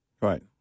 Right